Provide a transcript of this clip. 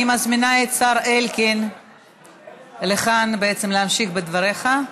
אני מזמינה את השר אלקין לכאן להמשיך בדבריך.